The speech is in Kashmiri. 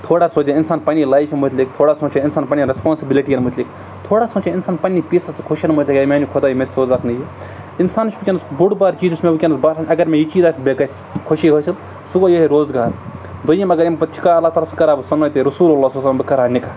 تھوڑا سونچہِ ہے اِنسان پنٛنہِ لایفہِ مُتعلِق تھوڑا سونچ ہے اِنسان پنٛنٮ۪ن رٮ۪سپانسبِلٹیَن مُتعلِق تھوڑا سونچ ہے اِنسان پنٛنہِ پیٖس تہٕ خوشین متعلق اے میٛانہِ خۄداے مےٚ سوزہکھ نہ یہِ اِنسانَس چھُ وٕنۍکٮ۪نَس بوٚڈ بار چیٖز یُس مےٚ وٕنۍکٮ۪نس باسان اگر مےٚ یہِ چیٖز آسہِ مےٚ گژھِ خوشی حٲصِل سُہ گوٚو یِہَے روزگار دوٚیِم اگر ییٚمہِ پَتہٕ چھِ کانٛہہ اللہ تعالیٰ سُہ کرٕ ہہ بہٕ سنتہِ رسول اللہ بہٕ کرٕ ہہ نِکاح